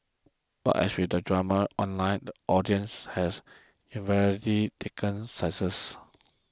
and as with all drama online the audience has invariably taken sides